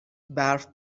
برف